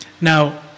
now